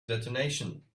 detonation